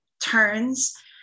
turns